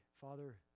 Father